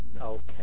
okay